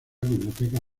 biblioteca